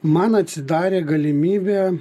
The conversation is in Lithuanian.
man atsidarė galimybė